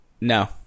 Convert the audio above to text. No